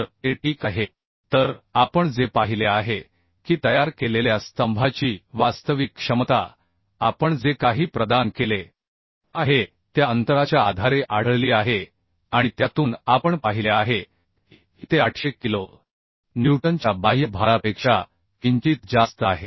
तर ते ठीक आहे तर आपण जे पाहिले आहे की तयार केलेल्या स्तंभाची वास्तविक क्षमता आपण जे काही प्रदान केले आहे त्या अंतराच्या आधारे आढळली आहे आणि त्यातून आपण पाहिले आहे की ते 800 किलो न्यूटनच्या बाह्य भारापेक्षा किंचित जास्त आहे